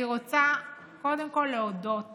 אני רוצה קודם כול להודות